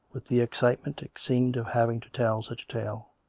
with the excitement, it seemed, of having to tell such a tale.